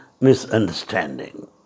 misunderstanding